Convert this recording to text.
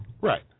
Right